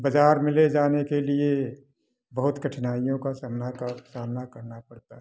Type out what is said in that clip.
बाजार में ले जाने के लिए बहुत कठिनाइयों का समना कर सामना करना पड़ता है